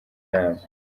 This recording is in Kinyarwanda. nama